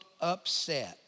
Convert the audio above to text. upset